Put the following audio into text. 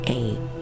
eight